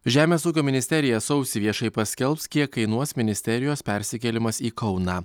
žemės ūkio ministerija sausį viešai paskelbs kiek kainuos ministerijos persikėlimas į kauną